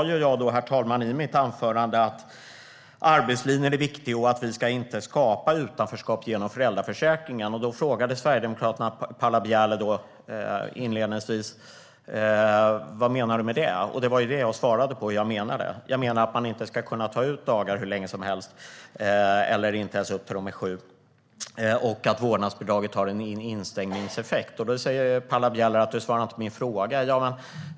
Jag sa, herr talman, i mitt anförande att arbetslinjen är viktig och att vi inte ska skapa utanförskap med hjälp av föräldraförsäkringen. Då frågade Sverigedemokraternas Paula Bieler inledningsvis vad jag menar. Det var den frågan jag svarade på. Jag menar att man inte ska kunna ta ut dagar hur länge som helst, eller ens tills barnen är sju, och att vårdnadsbidraget har en instängningseffekt. Då säger Paula Bieler att jag inte svarade på hennes fråga.